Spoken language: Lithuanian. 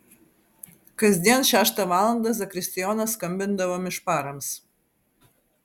kasdien šeštą valandą zakristijonas skambindavo mišparams